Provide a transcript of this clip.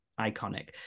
iconic